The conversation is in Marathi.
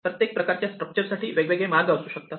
प्रत्येक प्रकारच्या स्ट्रक्चर साठी वेगवेगळे मार्ग असू शकतात